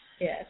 Yes